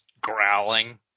growling